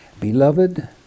Beloved